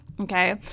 Okay